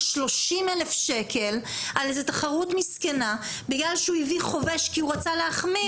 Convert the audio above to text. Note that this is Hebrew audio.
30,000 שקל על תחרות מסכנה בגלל שהוא הביא חובש כי הוא רצה להחמיר.